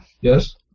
Yes